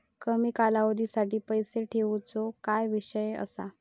कमी कालावधीसाठी पैसे ठेऊचो काय विषय असा?